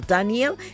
Daniel